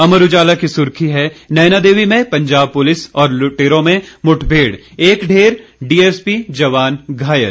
अमर उजाला की सुर्खी है नयनादेवी में पंजाब पुलिस और लुटेरों में मुढमेड़ एक ढेर डीएसपी जवान घायल